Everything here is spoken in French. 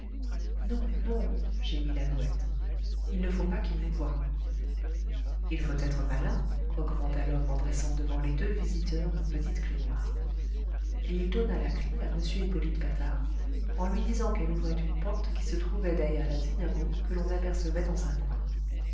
non non gémit lalouette il ne faut pas qu'il nous voie il faut être malin recommanda l'homme en dressant devant les deux visiteurs une petite clef noire et il donna la clef à m hippolyte patard en lui disant qu'elle ouvrait une porte qui se trouvait derrière la dynamo que l'on apercevait dans un coin